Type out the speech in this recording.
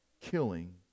killing